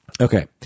Okay